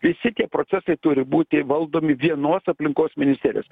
visi tie procesai turi būti valdomi vienos aplinkos ministerijos